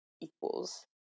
equals